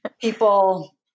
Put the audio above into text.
People